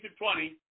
20